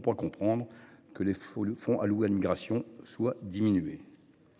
pas comprendre que les fonds alloués à la politique d’immigration soient diminués,